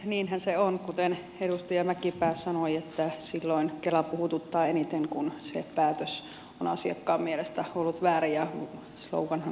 niinhän se on kuten edustaja mäkipää sanoi että silloin kela puhututtaa eniten kun se päätös on asiakkaan mielestä ollut väärä